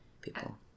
people